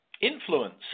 influence